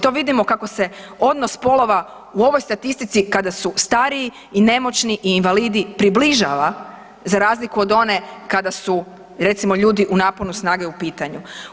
To vidimo kako se odnos spolova u ovoj statistici kada su stariji i nemoćni i invalidi približava za razliku od one kada su recimo ljudi u naponu snage u pitanju.